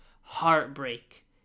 heartbreak